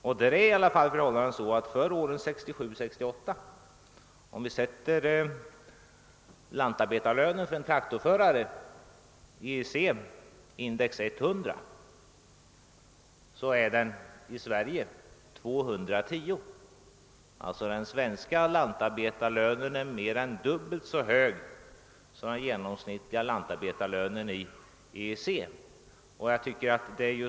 Om vi sätter lantarbetarlönen för en traktorförare i EEC åren 1967—1968 till index 100, var den i Sverige 210. Den svenska lantarbetarlönen är alltså mer än dubbelt så hög som den genomsnittliga lantarbetarlönen i EEC.